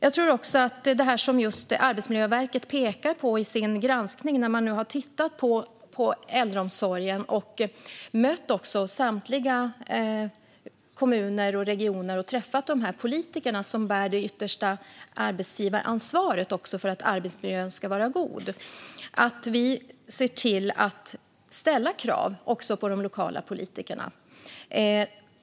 Det handlar om just det Arbetsmiljöverket pekar på i sin granskning när man har tittat på äldreomsorgen och mött samtliga kommuner och regioner och träffat de politiker som bär det yttersta arbetsgivaransvaret för att arbetsmiljön ska vara god. Det gäller att vi ser till att ställa krav på de lokala politikerna.